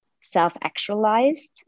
self-actualized